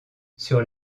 sur